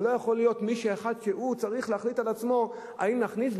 ולא יכול להיות אדם אחד שצריך להחליט לעצמו אם להכניס,